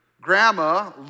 Grandma